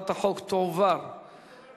ההצעה להעביר את הצעת חוק חיילים משוחררים (תיקון,